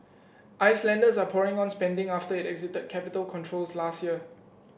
Icelanders are pouring on spending after it exited capital controls last year